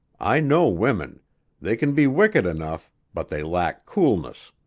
i know women they can be wicked enough, but they lack coolness.